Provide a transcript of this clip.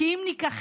כי אם ניכחד,